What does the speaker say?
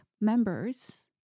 members